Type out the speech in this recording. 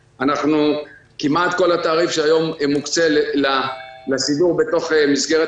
כמעט כל התעריף שהיום מוקצה לסידור בתוך מסגרת